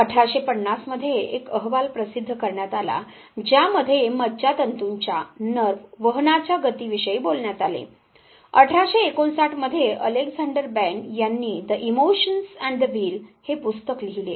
1850 मध्ये एक अहवाल प्रसिद्ध करण्यात आला ज्यामध्ये मज्जातंतूंच्या वहनाच्या गती विषयी बोलण्यात आले 1859 मध्ये अलेक्झँडर बैन यांनी the emotions and the will हे पुस्तक लिहिले